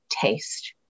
taste